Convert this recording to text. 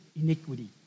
iniquity